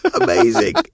amazing